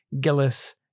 Gillis